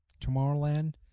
Tomorrowland